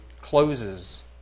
closes